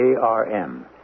ARM